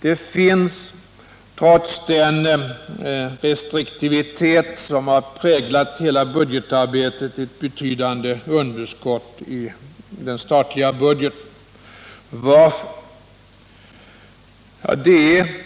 Det finns, trots den restriktivitet som har präglat hela budgetarbetet, ett betydande underskott i den statliga budgeten. Varför? Det är